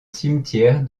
cimetière